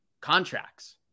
contracts